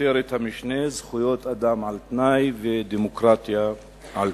כותרת המשנה: זכויות אדם על-תנאי ודמוקרטיה על-תנאי.